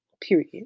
Period